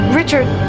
richard